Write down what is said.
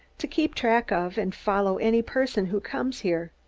to keep track of and follow any person who comes here.